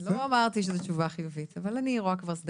לקדם את החלת ימי הבידוד גם על עצמאים.